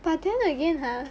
but then again ah